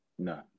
No